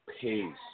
Peace